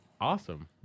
awesome